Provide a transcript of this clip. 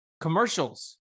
commercials